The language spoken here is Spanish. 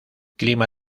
clima